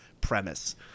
premise